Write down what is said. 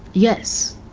yes.